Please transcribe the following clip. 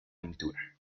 pintura